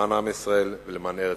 למען עם ישראל ולמען ארץ-ישראל.